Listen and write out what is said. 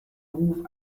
ruf